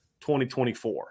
2024